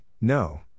No